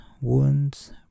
wounds